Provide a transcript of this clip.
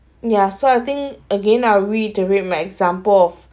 ya so I think again I'll read to read my examples of